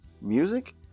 Music